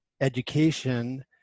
education